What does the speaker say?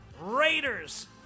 Raiders